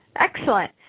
Excellent